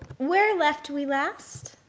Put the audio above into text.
where left we last?